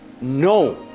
no